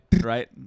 right